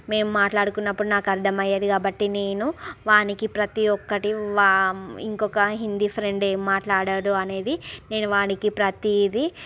మేము మాట్లాడుకున్నప్పుడు నాకు అర్ధమయ్యేది కాబట్టి నేను వానికి ప్రతీ ఒక్కటి వా ఇంకొక హిందీ ఫ్రెండ్ ఏం మాట్లాడాడు అనేది నేను వానికి ప్రతీది